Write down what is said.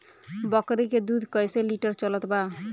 बकरी के दूध कइसे लिटर चलत बा?